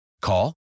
Call